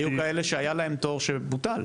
היו כאלה שהיה להם תור שבוטל.